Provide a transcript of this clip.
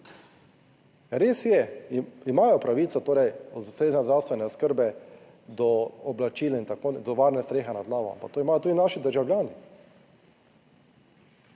Res je, imajo pravico torej od ustrezne zdravstvene oskrbe, do oblačil in tako, do varne strehe nad glavo, ampak to imajo tudi naši državljani.